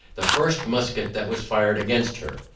the first musket that was fired against her.